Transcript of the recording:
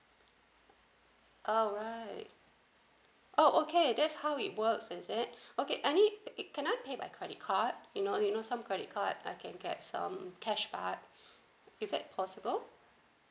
alright oh okay that's how it works isn't it okay any can I pay by credit card you know you know some credit card I can get some cash but is that possible